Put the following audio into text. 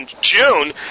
June